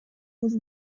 was